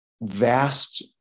vast